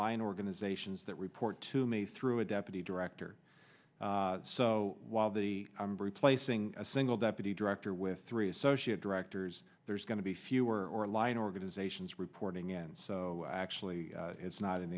line organizations that report to me through a deputy director so while the i'm replacing a single deputy director with three associate directors there's going to be fewer or lying organizations reporting it so actually it's not an